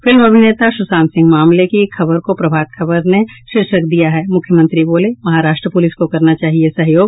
film अभिनेता सुशांत सिंह मामले की खबर को प्रभात खबर ने शीर्षक दिया है मुख्यमंत्री बोले महाराष्ट्र पुलिस को करना चाहिए सहयोग